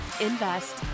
invest